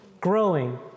growing